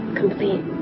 complete